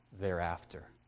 thereafter